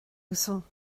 uasail